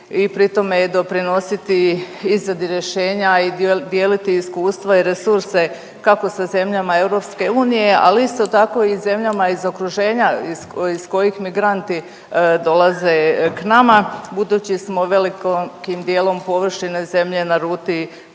i pri tome doprinositi izradi rješenja i dijeliti iskustva i resurse kako sa zemljama EU, ali isto tako i zemljama iz okruženja iz kojih migranti dolaze k nama budući smo velikim dijelom površine zemlje na ruti